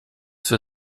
für